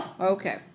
Okay